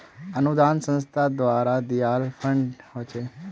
अनुदान संस्था द्वारे दियाल फण्ड ह छेक